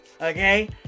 okay